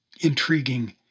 intriguing